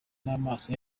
n’amaso